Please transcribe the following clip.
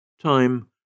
Time